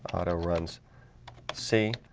autoruns see